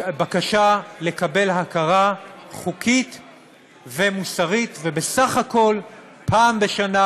בקשה לקבל הכרה חוקית ומוסרית, ובסך הכול פעם בשנה